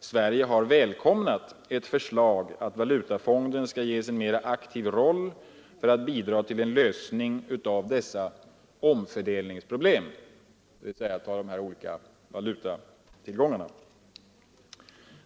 ”Sverige har välkomnat ett förslag att valutafonden skall ges en mera aktiv roll för att bidraga till en lösning av dessa omfördelningsproblem”, dvs. av de olika valutatillgångarna.